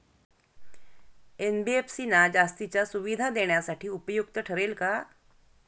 NBFC ना जास्तीच्या सुविधा देण्यासाठी उपयुक्त ठरेल का?